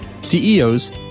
CEOs